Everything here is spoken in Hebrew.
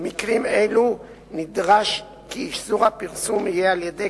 במקרים אלו נדרש כי איסור הפרסום יהיה על-ידי